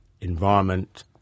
environment